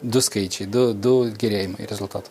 du skaičiai du du gerėjimai rezultatų